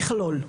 מכלול.